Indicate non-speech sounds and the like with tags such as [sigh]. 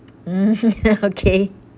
mm [laughs] okay